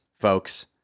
folks